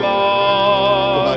ah